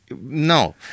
No